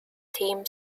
team